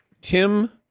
Tim